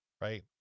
right